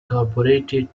corroborated